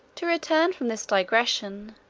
to return from this digression.